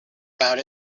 about